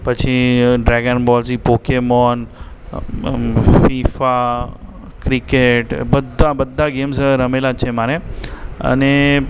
પછી Dragon Ball પછી Pokemon FIFA cricket બધા બધા ગેમ્સ રમેલાં જ છે મારે અને